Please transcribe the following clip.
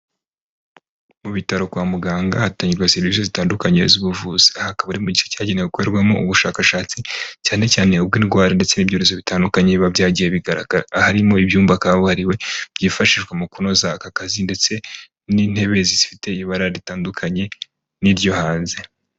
Mu bitaro kwa muganga hatangirwa serivise zitandukanye z'ubuvuzi aha akaba ari mu gice cyagenewe gukorerwamo ubushakashatsi, cyane cyanee ubw'indwara ndetse n'ibyorezo bitandukanye biba byagiye bigaragara, aha harimo ibyumba kabuhariwe byifashishwa mu kunoza aka kazi ndetse n'intebe zifite ibara ritandukanye n'iryo hanze.